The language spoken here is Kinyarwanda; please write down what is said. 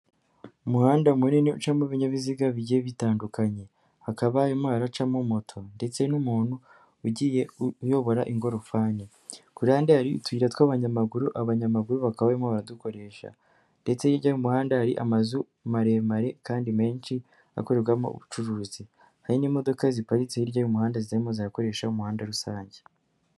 Umuhanda munini ucamo ibinyabiziga bigiye bitandukanye hakaba harimo haracamo moto ndetse n'umuntu ugiye uyobora ingorofani, ku ruhande hari utuyira tw'abanyamaguru abanyamaguru bakaba barimo baradukoresha ndetse hirya y'umuhanda hari amazu maremare kandi menshi akorerwamo ubucuruzi, hari n'imodoka ziparitse hirya y'umuhanda zirimo zirakoresha umuhanda rusange.